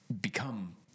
become